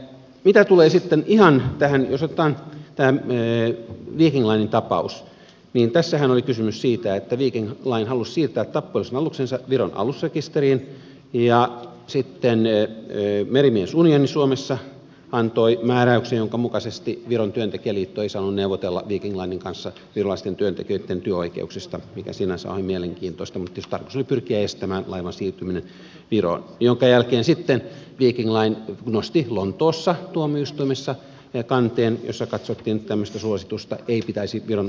mitä tulee sitten ihan tähän jos otetaan tämä viking linen tapaus niin tässähän oli kysymys siitä että viking line halusi siirtää tappiollisen aluksensa viron alusrekisteriin ja sitten merimies unioni suomessa antoi määräyksen jonka mukaisesti viron työntekijäliitto ei saanut neuvotella viking linen kanssa virolaisten työntekijöitten työoikeuksista mikä sinänsä on mielenkiintoista mutta missä tarkoitus oli pyrkiä estämään laivan siirtyminen viroon minkä jälkeen sitten viking line nosti lontoossa tuomioistuimessa kanteen jossa katsottiin että tämmöistä suositusta ei pitäisi viron ammattiliitoille antaa